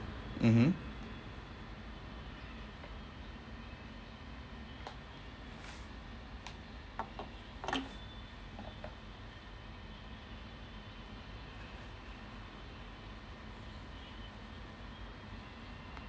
mmhmm